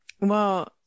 Well-